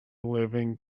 living